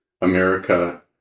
America